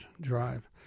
drive